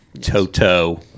Toto